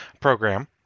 program